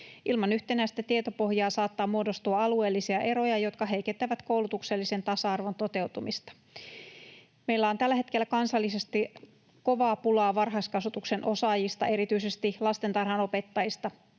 Ilman yhtenäistä tietopohjaa saattaa muodostua alueellisia eroja, jotka heikentävät koulutuksellisen tasa-arvon toteutumista. Meillä on tällä hetkellä kansallisesti kovaa pulaa varhaiskasvatuksen osaajista, erityisesti lastentarhanopettajista.